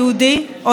גם אם הוא אישה,